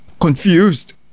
confused